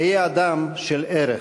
היה אדם של ערך",